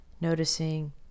Noticing